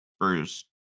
first